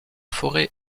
forêt